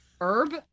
Herb